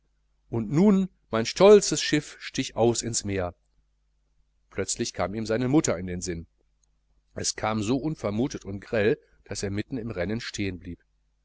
und nun mein stolzes schiff stich aus ins meer plötzlich kam ihm seine mutter in sinn es kam so unvermutet und grell daß er mitten im rennen